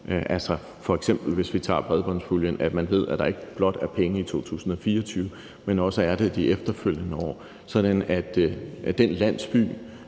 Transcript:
Hvis vi f.eks. tager bredbåndspuljen, ved man, at der ikke blot er penge i 2024, men også er det de efterfølgende år, så den landsby,